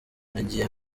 nagiye